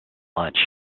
lunch